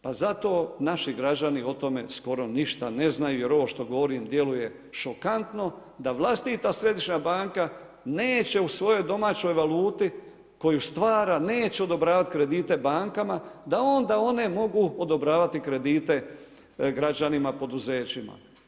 Pa zato naši građani o tome skoro ništa ne znaju jer ovo što govorim djeluje šokantno da vlastita središnja banka neće u svojoj domaćoj valuti koju stvara neće odobravati kredite bankama da onda one mogu odobravati kredite građanima, poduzećima.